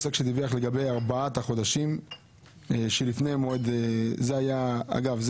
עוסק שדיווח לגבי ארבעת החודשים שלפני מועד אגב,